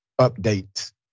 updates